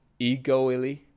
egoily